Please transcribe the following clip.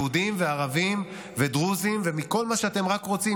יהודים וערבים ודרוזים ומכל מה שאתם רק רוצים.